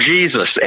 Jesus